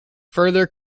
further